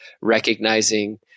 recognizing